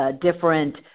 different